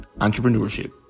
Entrepreneurship